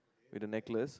with the necklace